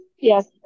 Yes